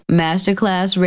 masterclass